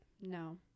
No